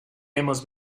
hemos